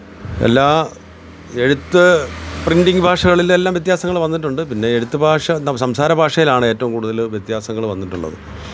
എല്ലാ എഴുത്ത് പ്രിൻറിങ്ങ് ഭാഷകളിൽ എല്ലാം വ്യത്യാസങ്ങൾ വന്നിട്ടുണ്ട് പിന്നെ എഴുത്ത് ഭാഷ നം സംസാര ഭാഷയിലാണ് ഏറ്റവും കൂടുതൽ വ്യത്യാസങ്ങൾ വന്നിട്ടുള്ളത്